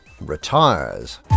retires